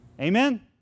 Amen